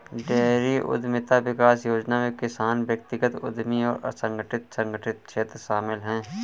dairy उद्यमिता विकास योजना में किसान व्यक्तिगत उद्यमी और असंगठित संगठित क्षेत्र शामिल है